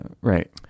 right